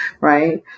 right